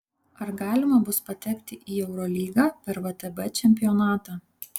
ar galima bus patekti į eurolygą per vtb čempionatą